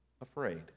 afraid